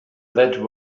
that